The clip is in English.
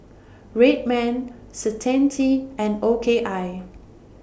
Red Man Certainty and O K I